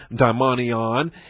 daimonion